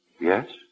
Yes